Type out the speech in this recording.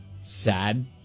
sad